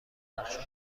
درخشان